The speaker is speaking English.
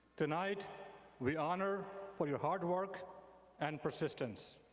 tonight we honor for your hardwork and persistence.